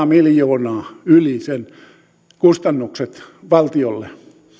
miljoonan kustannukset valtiolle